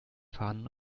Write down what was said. fahnen